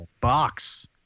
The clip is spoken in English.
box